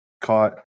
caught